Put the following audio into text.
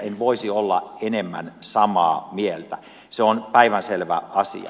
en voisi olla enemmän samaa mieltä se on päivänselvä asia